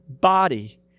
body